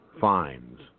fines